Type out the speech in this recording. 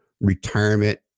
retirement